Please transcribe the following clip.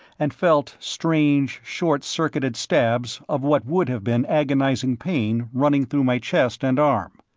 and felt strange short-circuited stabs of what would have been agonizing pain running through my chest and arm.